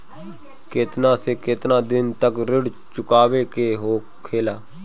केतना से केतना दिन तक ऋण चुकावे के होखेला?